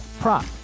prop